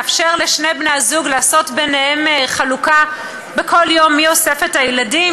לאפשר לשני בני-הזוג לחלק ביניהם מי בכל יום אוסף את הילדים,